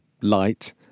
light